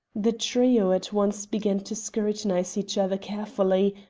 the trio at once began to scrutinize each other carefully,